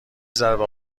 ضربه